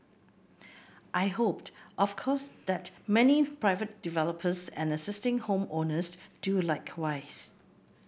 I hoped of course that many private developers and existing home owners do likewise